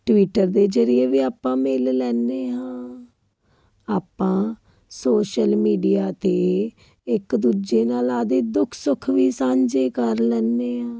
Twitter ਦੇ ਜਰੀਏ ਵੀ ਆਪਾਂ ਮਿਲ ਲੈਂਦੇ ਹਾਂ ਆਪਾਂ ਸੋਸ਼ਲ ਮੀਡੀਆ 'ਤੇ ਇੱਕ ਦੂਜੇ ਨਾਲ ਆਪਣੇ ਦੁੱਖ ਸੁੱਖ ਵੀ ਸਾਂਝੇ ਕਰ ਲੈਂਦੇ ਹਾਂ